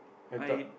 I thought